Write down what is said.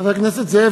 חבר הכנסת זאב,